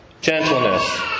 gentleness